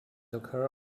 occur